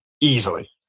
easily